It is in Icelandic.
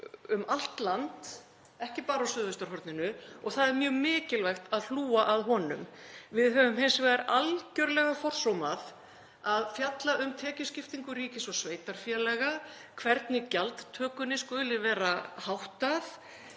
um allt land, ekki bara á suðvesturhorninu, og það er mjög mikilvægt að hlúa að honum en við höfum hins vegar algerlega forsómað að fjalla um tekjuskiptingu ríkis og sveitarfélaga, hvernig gjaldtökunni skuli vera háttað,